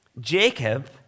Jacob